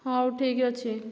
ହେଉ ଠିକ୍ଅଛି